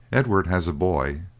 edward, as a boy,